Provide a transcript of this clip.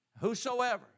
whosoever